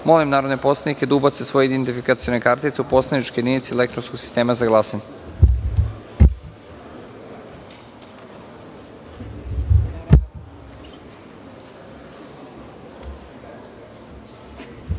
molim narodne poslanike da ubace svoje identifikacione kartice u poslaničke jedinice elektronskog sistema za